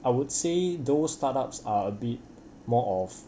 I would say those startups are a bit more of